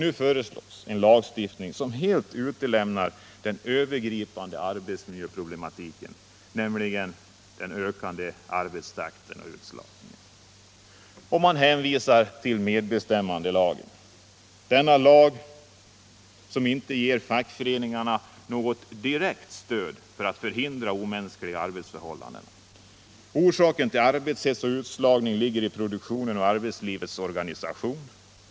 Nu föreslås en lagstiftning som helt utelämnar det övergripande arbetsmiljöproblemet, nämligen den ökade arbetstakten och utslagningen. Det hänvisas till medbestämmandelagen. Denna lag ger inte fackföreningen något direkt stöd för att förhindra omänskliga arbetsförhållanden. Orsaken till arbetshets och utslagning ligger i produktionens och arbetslivets organisation.